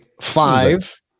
five